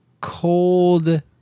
cold